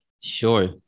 sure